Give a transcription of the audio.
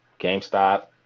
GameStop